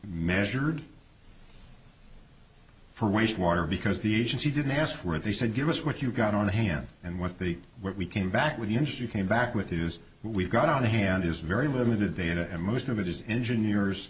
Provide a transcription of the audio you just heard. measured for waste water because the agency didn't ask for it they said give us what you've got on hand and what the what we came back with the interest you came back with is we've got on hand is very limited data and most of it is engineers